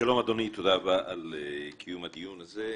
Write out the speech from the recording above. שלום אדוני, תודה רבה על קיום הדיון הזה.